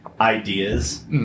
ideas